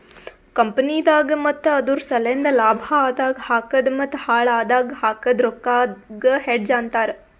ಕಂಪನಿದಾಗ್ ಮತ್ತ ಅದುರ್ ಸಲೆಂದ್ ಲಾಭ ಆದಾಗ್ ಹಾಕದ್ ಮತ್ತ ಹಾಳ್ ಆದಾಗ್ ಹಾಕದ್ ರೊಕ್ಕಾಗ ಹೆಡ್ಜ್ ಅಂತರ್